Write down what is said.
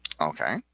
Okay